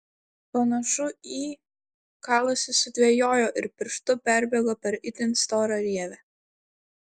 panašu į kalasi sudvejojo ir pirštu perbėgo per itin storą rievę